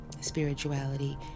spirituality